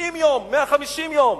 90 יום, 150 יום.